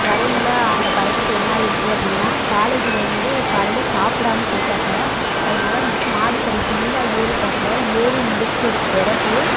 வரையில் அந்த பயலுக்கு என்ன ஆகிடுச்சி அப்படின்னா காலேஜ்லேந்து காலையில் சாப்பிடாம போயிட்டாப்புல அதனால மாடி படி ஃபுல்லா ஏறிட்டாப்புல ஏறி முடிச்சதுக்கு பிறகு